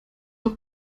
auch